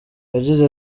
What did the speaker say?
yagize